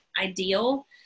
ideal